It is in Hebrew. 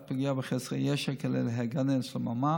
את הפגיעה בחסרי הישע כדי להגן על שלומם,